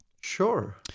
Sure